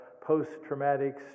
post-traumatic